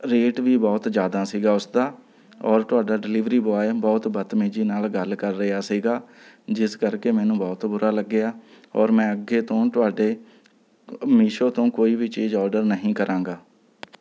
rate ਵੀ ਬਹੁਤ ਜ਼ਿਆਦਾ ਸੀਗਾ ਉਸਦਾ ਔਰ ਤੁਹਾਡਾ ਡਿਲੀਵਰੀ ਬੋਆਏ ਬਹੁਤ ਬਤਮੀਜ਼ੀ ਨਾਲ ਗੱਲ ਕਰ ਰਿਹਾ ਸੀਗਾ ਜਿਸ ਕਰਕੇ ਮੈਨੂੰ ਬਹੁਤ ਬੁਰਾ ਲੱਗਿਆ ਔਰ ਮੈਂ ਅੱਗੇ ਤੋਂ ਤੁਹਾਡੇ ਮੀਸ਼ੋ ਤੋਂ ਕੋਈ ਵੀ ਚੀਜ਼ ਆਡਰ ਨਹੀਂ ਕਰਾਗਾਂ